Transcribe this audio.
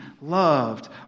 loved